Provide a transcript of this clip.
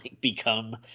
become